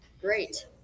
great